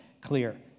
clear